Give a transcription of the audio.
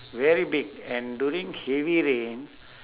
very big and during heavy rain